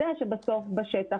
בשטח,